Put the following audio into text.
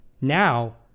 Now